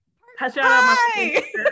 hi